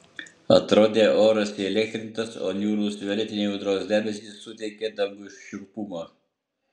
atrodė oras įelektrintas o niūrūs violetiniai audros debesys suteikė dangui šiurpumo